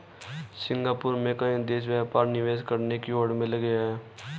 Singapore में कई देश व्यापार निवेश करने की होड़ में लगे हैं